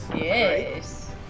Yes